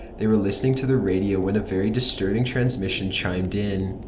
they were listening to the radio when a very disturbing transmission chimed in.